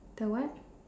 the what